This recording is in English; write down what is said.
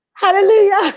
Hallelujah